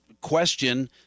question